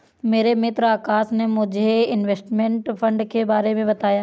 मेरे मित्र आकाश ने मुझे इनवेस्टमेंट फंड के बारे मे बताया